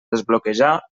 desbloquejar